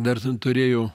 dar ten turėjau